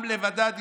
"עם לבדד ישכון".